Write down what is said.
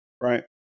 right